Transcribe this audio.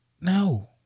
no